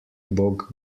bog